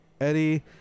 Eddie